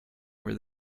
where